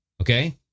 Okay